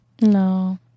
No